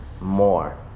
more